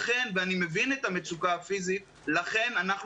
אני מבין את המצוקה הפיזית אבל לכן אנחנו